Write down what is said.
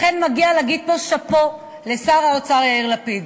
לכן מגיע להגיד פה שאפו לשר האוצר יאיר לפיד.